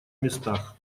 местах